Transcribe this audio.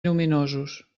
lluminosos